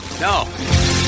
No